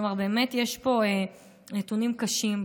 כלומר באמת יש פה נתונים קשים.